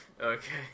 Okay